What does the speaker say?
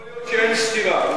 יכול להיות שאין סתירה.